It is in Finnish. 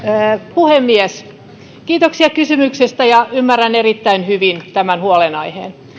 puhemies kiitoksia kysymyksestä ymmärrän erittäin hyvin tämän huolenaiheen